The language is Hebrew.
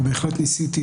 ובהחלט ניסיתי,